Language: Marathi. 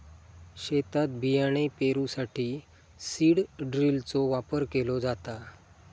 शेतात बियाणे पेरूसाठी सीड ड्रिलचो वापर केलो जाता